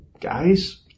guys